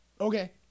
Okay